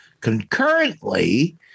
Concurrently